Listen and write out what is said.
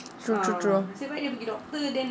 true true true